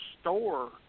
store